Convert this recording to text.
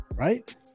right